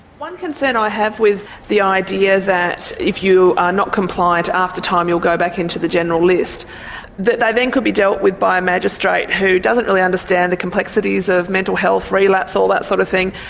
one concern i have with the idea that if you are not compliant after time you'll go back into the general list that they then could be dealt with by a magistrate who doesn't really understand the complexities of mental health, relapse, all that sort of thing,